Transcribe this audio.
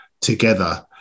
together